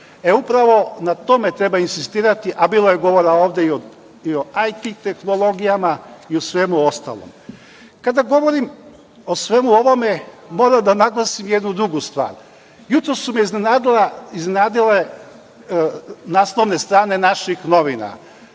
Upravo na tome treba insistirati, a bilo je govora ovde i o IT tehnologijama i o svemu ostalom. Kada govorim o svemu ovome, moram da naglasim jednu drugu stvar. Jutros su me iznenadile naslovne strane naših novina.